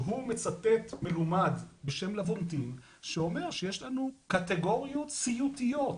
שהוא מצטט מלומד בשם לבונטין שאומר שיש לנו קטגוריות סיוטיות,